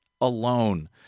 alone